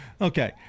Okay